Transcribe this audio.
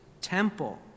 temple